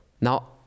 Now